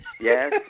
Yes